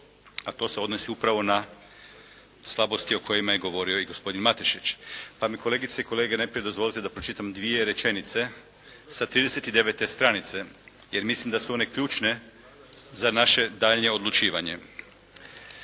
a to se odnosi upravo na slabosti o kojima je govorio i gospodin Matešić. Pa mi kolegice i kolege, najprije dozvolite da pročitam dvije rečenice sa 39. stranice jer mislim da su one ključne za naše daljnje odlučivanje.